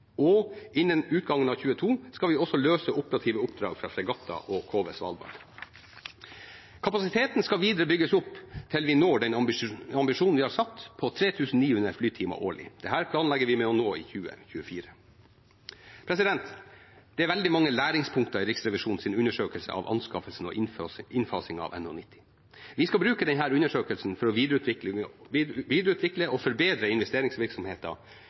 og innen utgangen av 2022 skal vi også løse operative oppdrag fra fregatter og KV «Svalbard». Kapasiteten skal videre bygges opp til vi når den ambisjonen vi har satt om 3 900 flytimer årlig. Dette planlegger vi å nå i 2024. Det er veldig mange læringspunkter i Riksrevisjonens undersøkelse av anskaffelsen og innfasingen av NH90. Vi skal bruke denne undersøkelsen for å videreutvikle og forbedre